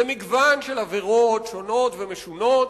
זה מגוון של עבירות שונות ומשונות,